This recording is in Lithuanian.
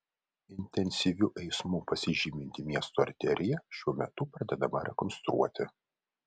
intensyviu eismu pasižyminti miesto arterija šiuo metu pradedama rekonstruoti